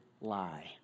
lie